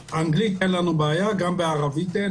באנגלית, אין לנו בעיה, גם בערבית אין.